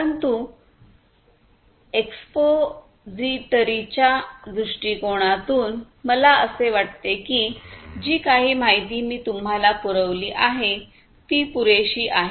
परंतु एक्स्पोजीटरीच्या दृष्टिकोनातून मला असे वाटते की जी काही माहिती मी तुम्हाला पुरविली आहे ती पुरेशी आहे